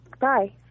Bye